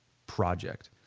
project?